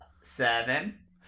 seven